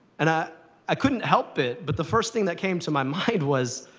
and i i couldn't help it, but the first thing that came to my mind was,